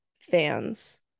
fans